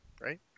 Right